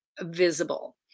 visible